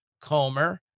Comer